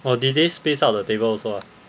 oh did they space out the table also ah